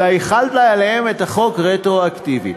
אלא החלת עליהם את החוק רטרואקטיבית.